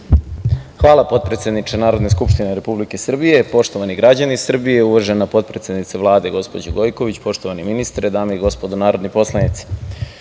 Hvala potpredsedniče Narodne skupštine Republike Srbije. Poštovani građani Srbije, uvažena potpredsednice Vlade gospođo Gojković, poštovani ministre, dame i gospodo narodni poslanici